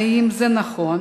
האם זה נכון?